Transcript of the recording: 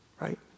right